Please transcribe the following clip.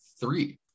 three